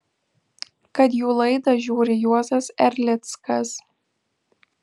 kad jų laidą žiūri juozas erlickas